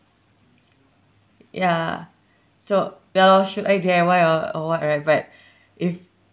ya so ya lor should I get and why or or what right back if